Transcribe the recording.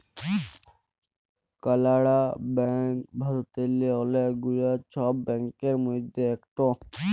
কালাড়া ব্যাংক ভারতেল্লে অলেক গুলা ছব ব্যাংকের মধ্যে ইকট